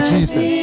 Jesus